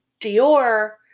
Dior